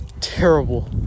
terrible